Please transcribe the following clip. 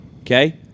Okay